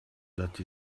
that